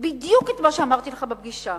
בדיוק את מה שאמרתי לך בפגישה: